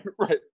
Right